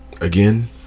Again